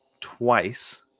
twice